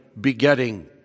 begetting